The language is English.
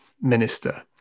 minister